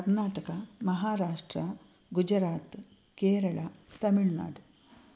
कर्णाटकः महाराष्ट्रः गुजरात् केरळा तमिळ्नाडु